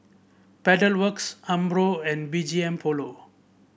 Pedal Works Umbro and B G M Polo